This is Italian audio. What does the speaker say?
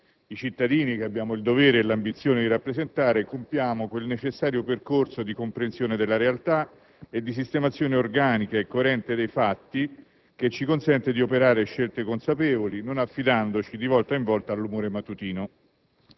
i cittadini che abbiamo il dovere e l'ambizione di rappresentare, compiamo quel necessario percorso di comprensione della realtà e di sistemazione organica e coerente dei fatti che ci consente di operare scelte consapevoli, non affidandoci di volta in volta all'umore mattutino.